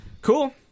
Cool